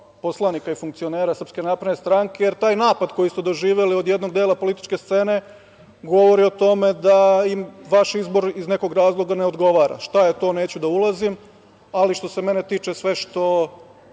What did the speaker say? poslanika i funkcionera SNS, jer taj napad koji ste doživeli od jednog dela političke scene govori o tome da im vaš izbor iz nekog razloga ne odgovara. Šta je to neću da ulazim, ali što se mene tiče sve što